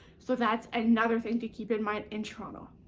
so, that's another thing to keep in mind in toronto.